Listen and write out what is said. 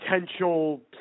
potential